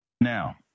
Now